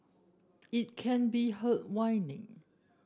it can be heard whining